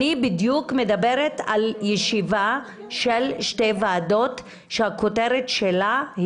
אני בדיוק מדברת על ישיבה של שתי ועדות שזאת הכותרת שלה.